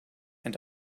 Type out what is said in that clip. and